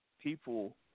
people